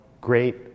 great